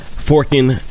forking